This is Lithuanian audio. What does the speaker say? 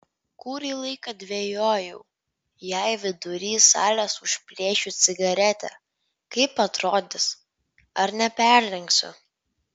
kurį laiką dvejojau jei vidury salės užplėšiu cigaretę kaip atrodys ar neperlenksiu